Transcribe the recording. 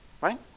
Right